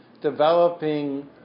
developing